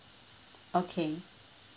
okay